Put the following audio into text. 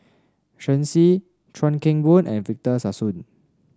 Shen Xi Chuan Keng Boon and Victor Sassoon